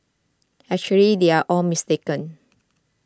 actually they are all mistaken